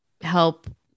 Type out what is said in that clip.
help